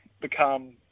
become –